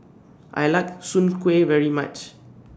I like Soon Kway very much